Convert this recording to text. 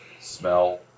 smell